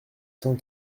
cent